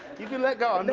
you can let go.